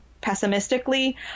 pessimistically